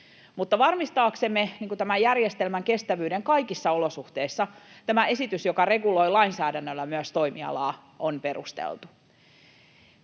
Mutta varmistaaksemme tämän järjestelmän kestävyyden kaikissa olosuhteissa tämä esitys, joka reguloi myös lainsäädännöllä toimialaa, on perusteltu.